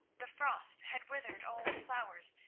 the frost had withered all the flowers,